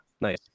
nice